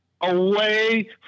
away